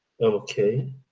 okay